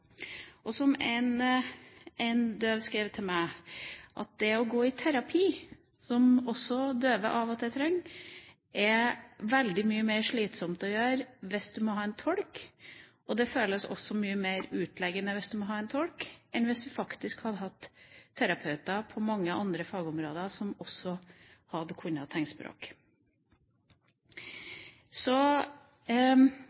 å gå i terapi, som også døve av og til trenger, er veldig mye mer slitsomt hvis du må ha en tolk. Det føles også mye mer utleggende hvis du må ha en tolk, enn om en på mange fagområder faktisk hadde hatt terapeuter som hadde kunnet tegnspråk. Jeg har en drøm som